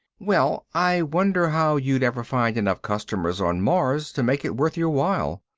well, i wonder how you'd ever find enough customers on mars to make it worth your while.